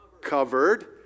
covered